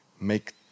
make